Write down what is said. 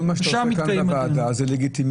כל מה שאתה עושה כאן בוועדה, זה לגיטימי.